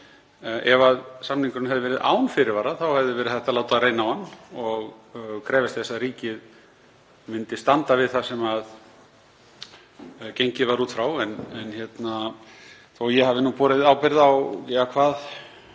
Ef samningurinn hefði verið án fyrirvara hefði verið hægt að láta reyna á hann og krefjast þess að ríkið myndi standa við það sem gengið var út frá. En þó að ég hafi nú borið ábyrgð á